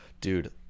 Dude